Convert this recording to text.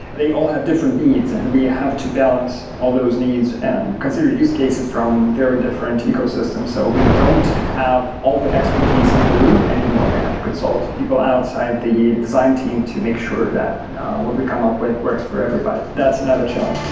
and they all have different needs, and we have to balance all those needs and consider use cases from very different ecosystems. so we don't have all the expertise in the room anymore. we have to consult people outside the design team to make sure that what we come up with works for everybody. that's now and the challenge.